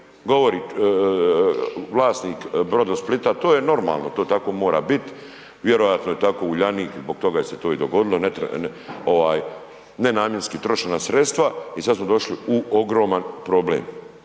govori vlasnik Brodosplita, to je normalno, to tako mora biti. Vjerojatno je tako Uljanik zbog toga se to i dogodilo, nenamjenski trošena sredstva i sad smo došli u ogroman problem.